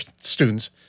students